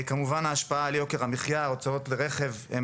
כמובן ההשפעה על יוקר המחיה ההוצאות לרכב הן